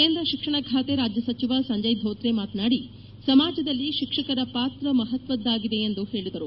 ಕೇಂದ್ರ ಶಿಕ್ಷಣ ಖಾತೆ ರಾಜ್ಯ ಸಚಿವ ಸಂಜಯ್ ಧೋತ್ರೆ ಮಾತನಾಡಿ ಸಮಾಜದಲ್ಲಿ ಶಿಕ್ಷಕರ ಪಾತ್ರ ಮಹತ್ವದ್ದಾಗಿದೆ ಎಂದು ಹೇಳಿದರು